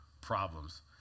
problems